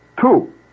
Two